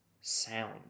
sound